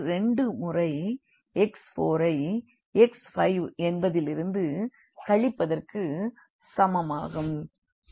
இங்கிருந்து 2 முறை x4 ஐ x5என்பதில் இருந்து கழிப்பதற்குச் சமமாகும்